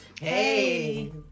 Hey